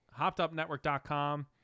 HoppedUpNetwork.com